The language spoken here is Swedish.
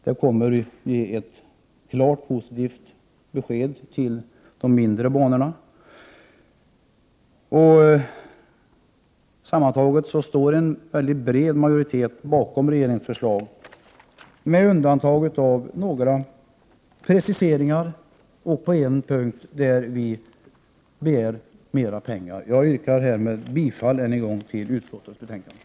Det kommer ett klart positivt besked till de mindre banorna. Sammantaget står en mycket bred majoritet bakom regeringens förslag, med undantag för några preciseringar och för att vi på en punkt begär mer pengar. Med detta, fru talman, yrkar jag än en gång bifall till utskottets hemställan.